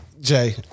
Jay